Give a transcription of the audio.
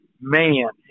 man